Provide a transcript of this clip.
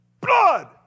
blood